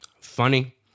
funny